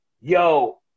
yo